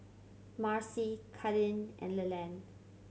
Marcy Kadin and Leland